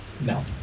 No